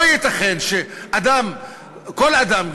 לא ייתכן שכל אדם,